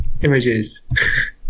images